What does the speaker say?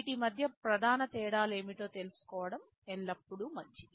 వీటి మధ్య ప్రధాన తేడాలు ఏమిటో తెలుసుకోవడం ఎల్లప్పుడూ మంచిది